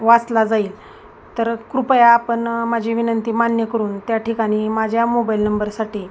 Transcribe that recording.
वाचला जाईल तर कृपया आपण माझी विनंती मान्य करून त्या ठिकाणी माझ्या मोबाईल नंबरसाठी